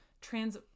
trans